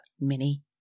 mini